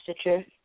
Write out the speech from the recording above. Stitcher